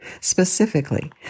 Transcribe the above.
Specifically